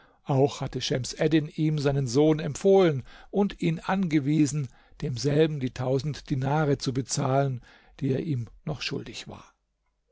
auch hatte schems eddin ihm seinen sohn empfohlen und ihn angewiesen demselben die tausend dinare zu bezahlen die er ihm noch schuldig war